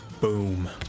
Boom